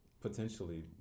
potentially